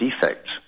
defect